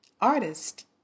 artist